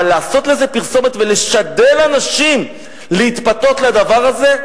אבל לעשות לזה פרסומת ולשדל אנשים להתפתות לדבר הזה,